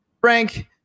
Frank